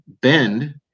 bend